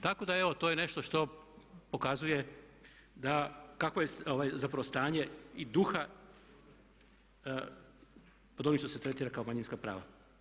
Tako da evo to je nešto što pokazuje da kakvo je zapravo stanje i duha pod onim što se tretira kao manjinska prava.